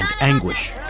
anguish